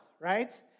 right